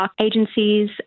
agencies